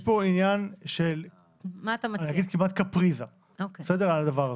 יש פה עניין של קפריזה כמעט בדבר הזה.